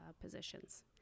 positions